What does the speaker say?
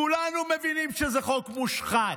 כולנו מבינים שזה חוק מושחת,